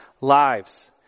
lives